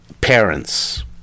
parents